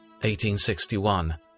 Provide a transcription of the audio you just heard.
1861